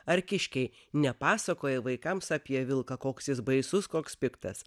ar kiškiai nepasakoja vaikams apie vilką koks jis baisus koks piktas